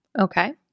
Okay